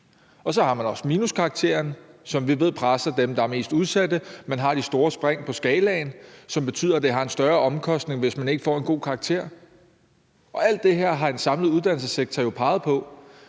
Og så har man også minuskarakteren, som vi ved presser dem, der er mest udsatte, og man har de store spring på skalaen, som betyder, at det har en større omkostning, hvis man ikke får en god karakter. Alt det her har en samlet uddannelsessektor jo peget på.